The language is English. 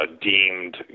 deemed